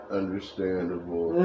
understandable